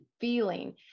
feeling